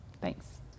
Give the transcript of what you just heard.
Thanks